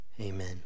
Amen